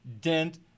dent